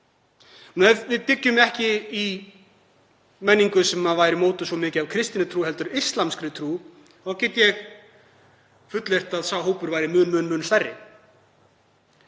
við byggðum ekki á menningu sem væri mótuð svo mikið af kristinni trú heldur íslamskri trú þá gæti ég fullyrt að sá hópur væri mun stærri,